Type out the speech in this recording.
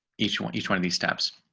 each one each one of these steps.